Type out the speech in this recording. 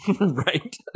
right